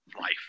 life